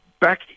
Back